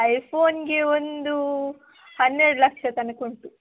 I ಫೋನಿಗೆ ಒಂದು ಹನ್ನೆರಡು ಲಕ್ಷ ತನಕ ಉಂಟು